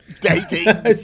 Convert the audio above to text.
Dating